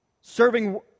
Serving